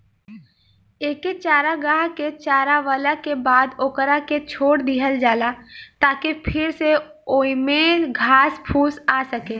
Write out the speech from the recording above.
एके चारागाह के चारावला के बाद ओकरा के छोड़ दीहल जाला ताकि फिर से ओइमे घास फूस आ सको